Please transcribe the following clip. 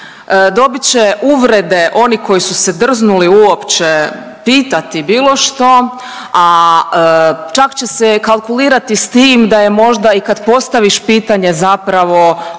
dobit će uvrede onih koji su se drznuli uopće pitati bilo što, a čak će se i kalkulirati s tim da je možda i kad postaviš pitanje, zapravo odgovor